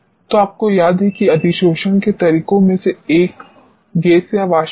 तो आपको याद है कि अधिशोषण के तरीकों में से एक गैस या वाष्प था